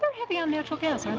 heavy on natural gas, aren't